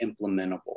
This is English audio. implementable